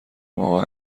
اقا